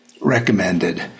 recommended